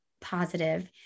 positive